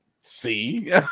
See